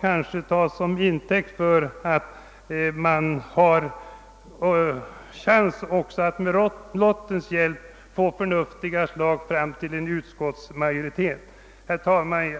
kanske tas som intäkt för att man har chans att också med lottens hjälp föra förnuftiga förslag fram till en utskottsmajoritet. Herr talman!